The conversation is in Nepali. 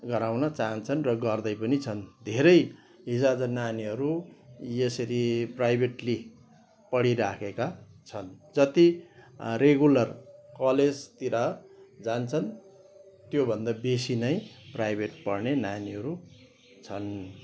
गराउन चाहन्छन् र गर्दै पनि छन् धेरै हिजोआज नानीहरू यसरी प्राइबेटली पढिराखेका छन् जति रेगुलर कलेजतिर जान्छन् त्योभन्दा बेसी नै प्राइभेट पढ्ने नानीहरू छन्